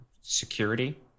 security